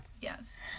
Yes